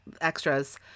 extras